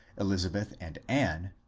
elizabeth and anne,